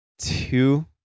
Two